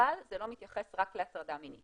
אבל זה לא מתייחס רק להטרדה מינית